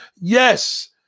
Yes